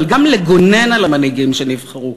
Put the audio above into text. אבל גם לגונן על המנהיגים שנבחרו